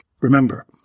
Remember